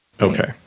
Okay